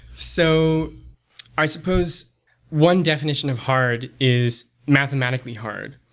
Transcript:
so i suppose one definition of hard is mathematically hard.